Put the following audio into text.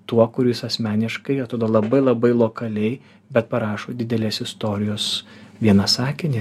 tuo kuris asmeniškai labai labai lokaliai bet parašo didelės istorijos vieną sakinį